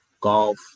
golf